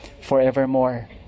forevermore